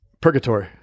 Purgatory